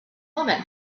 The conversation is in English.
woman